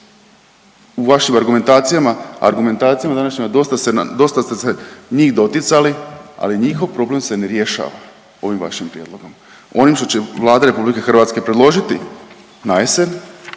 u vašim argumentacijama, danas dosta ste se njih doticali ali njihov problem se ne rješava ovim vašim prijedlogom. Ono što će Vlada Republike Hrvatske predložiti na